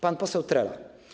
Pan poseł Trela.